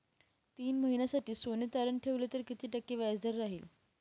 तीन महिन्यासाठी सोने तारण ठेवले तर किती टक्के व्याजदर राहिल?